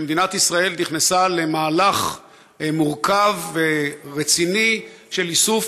שמדינת ישראל נכנסה למהלך מורכב ורציני של איסוף